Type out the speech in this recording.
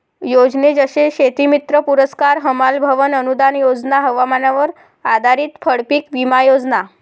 योजने जसे शेतीमित्र पुरस्कार, हमाल भवन अनूदान योजना, हवामानावर आधारित फळपीक विमा योजना